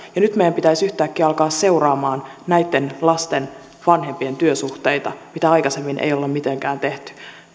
ja nyt meidän pitäisi yhtäkkiä alkaa seuraamaan näitten lasten vanhempien työsuhteita mitä aikaisemmin ei olla mitenkään tehty